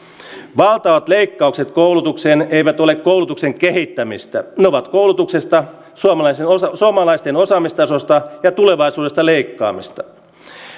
valtavat leikkaukset koulutukseen eivät ole koulutuksen kehittämistä ne ovat koulutuksesta suomalaisten osaamistasosta ja tulevaisuudesta leikkaamista